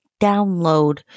download